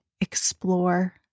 explore